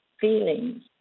feelings